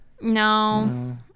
No